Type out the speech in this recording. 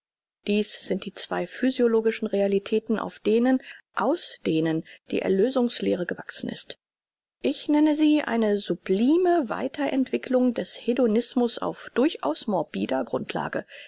dies sind die zwei physiologischen realitäten auf denen aus denen die erlösungs lehre gewachsen ist ich nenne sie eine sublime weiter entwicklung des hedonismus auf durchaus morbider grundlage